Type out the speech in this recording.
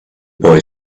boy